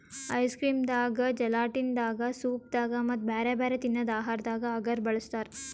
ice cream ದಾಗಾ gelatin ದಾಗಾ soup ದಾಗಾ ಮತ್ತ್ ಬ್ಯಾರೆ ಬ್ಯಾರೆ ತಿನ್ನದ್ ಆಹಾರದಾಗ ಅಗರ್ ಬಳಸ್ತಾರಾ